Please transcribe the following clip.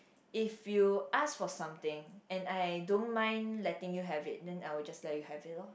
if you ask for something and I don't mind letting you have it then I will just let you have it loh